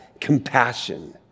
compassion